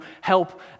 help